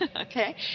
Okay